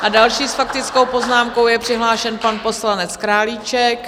A další s faktickou poznámkou je přihlášen pan poslanec Králíček.